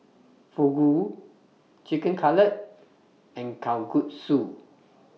Fugu Chicken Cutlet and Kalguksu